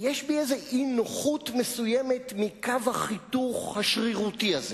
יש בי איזו אי-נוחות מסוימת מקו החיתוך השרירותי הזה.